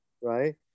right